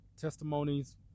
testimonies